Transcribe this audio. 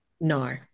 No